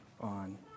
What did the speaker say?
on